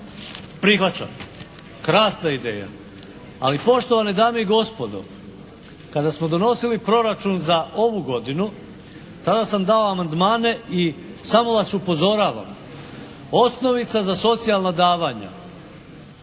Prihvaćam. Krasna ideja. Ali poštovane dame i gospodo kada smo donosili proračun za ovu godinu tada sam dao amandmane i samo vas upozoravam osnovica za socijalna davanja